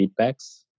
feedbacks